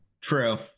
True